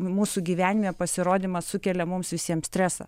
mūsų gyvenime pasirodymas sukelia mums visiems stresą